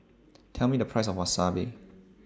Tell Me The Price of Wasabi